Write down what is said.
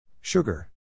Sugar